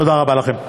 תודה רבה לכם.